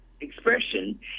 expression